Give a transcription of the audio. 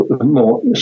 more